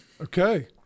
okay